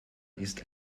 ist